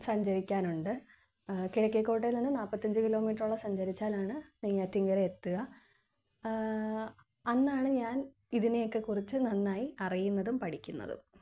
സഞ്ചരിക്കാനുണ്ട് കിഴക്കേകോട്ടയിൽ നിന്ന് നാല്പത്തഞ്ച് കിലോമീറ്ററോളം സഞ്ചരിച്ചാലാണ് നെയ്യാറ്റിൻകര എത്തുക അന്നാണ് ഞാൻ ഇതിനെയൊക്കെക്കുറിച്ച് നന്നായി അറിയുന്നതും പഠിക്കുന്നതും